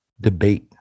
debate